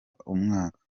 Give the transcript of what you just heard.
umwaka